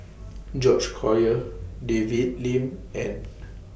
George Collyer David Lim and